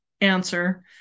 answer